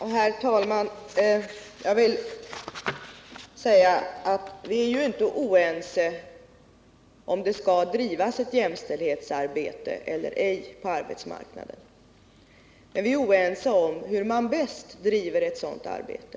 Herr talman! Vi är inte oense i frågan, om det skall drivas ett jämställdhetsarbete eller ej på arbetsmarknaden. Men vi är oense om hur man bäst driver ett sådant arbete.